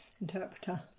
interpreter